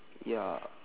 ya